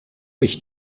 mich